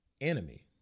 enemy